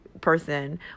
person